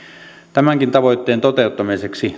tämänkin tavoitteen toteuttamiseksi